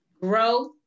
growth